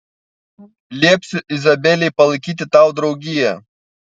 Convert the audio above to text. liepsiu izabelei palaikyti tau draugiją